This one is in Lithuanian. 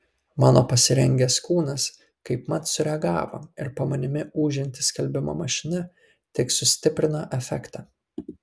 mano pasirengęs kūnas kaip mat sureagavo ir po manimi ūžianti skalbimo mašina tik sustiprino efektą